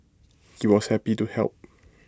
he was happy to help